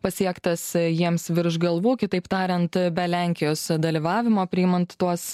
pasiektas jiems virš galvų kitaip tariant be lenkijos dalyvavimo priimant tuos